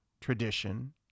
tradition